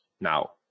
now